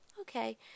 okay